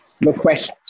request